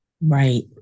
Right